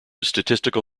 statistical